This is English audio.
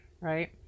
Right